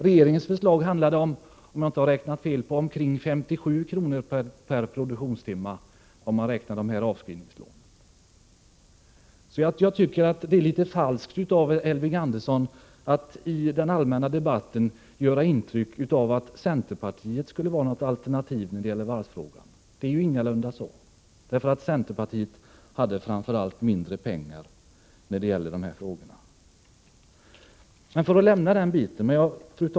Regeringens förslag när det gällde avskrivningslånen var, om jag inte har räknat fel, omkring 57 kr. per produktionstimme. Det är därför litet falskt av Elving Andersson att i den allmänna debatten vilja ge ett intryck av att centern skulle ha något alternativ när det gäller varvsfrågan. Det är ju ingalunda så. Centerpartiet hade framför allt mindre pengar. Herr talman!